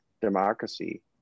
democracy